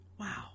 wow